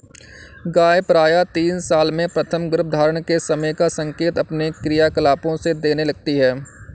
गाय प्रायः तीन साल में प्रथम गर्भधारण के समय का संकेत अपने क्रियाकलापों से देने लगती हैं